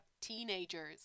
teenagers